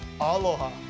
Aloha